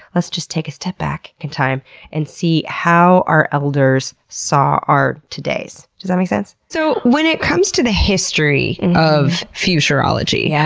let's just take a step back in time and see how our elders saw our todays. does that make sense? so, when it comes to the history of futurology, yeah